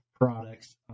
products